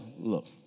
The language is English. Look